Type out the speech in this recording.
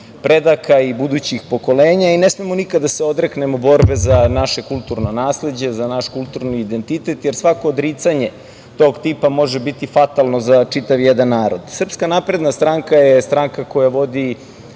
predaka i budućih pokolenja i ne smemo nikad da se odreknemo borbe za naše kulturno nasleđe, za naš kulturni identitet, jer svako odricanje tog tipa može biti fatalno za čitav jedan narod. Srpska napredna stranka je stranka koja vodi